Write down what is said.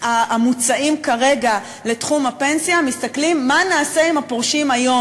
המוצעים כרגע בתחום הפנסיה מסתכלים מה נעשה עם הפורשים היום,